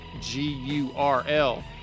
G-U-R-L